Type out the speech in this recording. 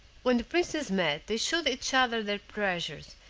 when the princes met they showed each other their treasures,